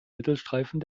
mittelstreifen